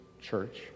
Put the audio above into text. church